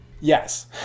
yes